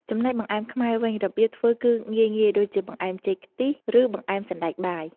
ចំណែក បង្អែមខ្មែរវិញ របៀបធ្វើគឺងាយៗ ដូចជាបង្អែមចេកខ្ទិះ ឬបង្អែមសណ្តែកបាយ ។